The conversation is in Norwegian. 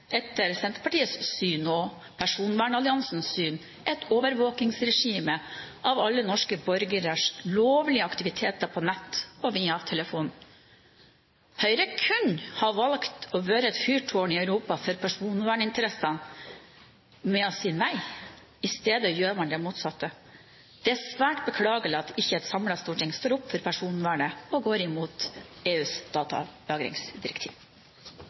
etter Senterpartiets og personvernalliansens syn åpner for et overvåkingsregime av alle norske borgeres lovlige aktiviteter på nett og via telefon. Høyre kunne ha valgt å være et fyrtårn i Europa for personverninteresser ved å si nei. I stedet gjør man det motsatte. Det er svært beklagelig at ikke et samlet storting står opp for personvernet og går imot EUs datalagringsdirektiv.